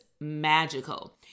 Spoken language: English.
magical